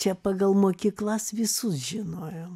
čia pagal mokyklas visus žinojom